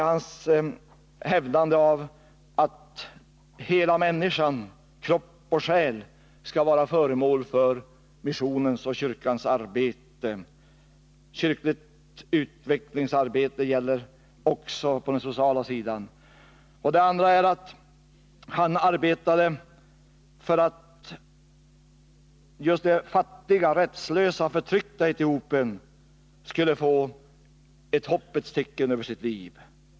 Han hävdar att hela människan — kropp och själ — skall vara föremål för missionens och kyrkans arbete. Kyrkligt utvecklingsarbete gäller också på den sociala sidan. Han arbetade också för att just de fattiga, rättslösa, förtryckta i Etiopien skulle få ett hoppets tecken över sitt liv.